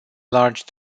large